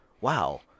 wow